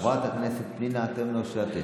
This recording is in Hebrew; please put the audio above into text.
חברת הכנסת פנינה תמנו שטה.